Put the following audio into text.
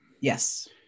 Yes